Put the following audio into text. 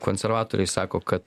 konservatoriai sako kad